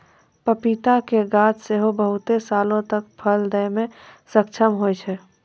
पपीता के गाछ सेहो बहुते सालो तक फल दै मे सक्षम होय छै